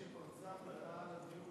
עוד לפני שפרצה המחאה על הדיור,